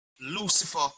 Lucifer